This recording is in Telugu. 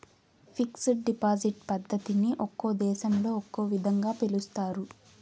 ఫిక్స్డ్ డిపాజిట్ పద్ధతిని ఒక్కో దేశంలో ఒక్కో విధంగా పిలుస్తారు